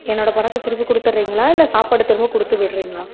என்னோடய பணத்தை திருப்பி கொடுத்துர்றீங்களா இல்லை சாப்பாடு திரும்ப கொடுத்து விடுறீங்களா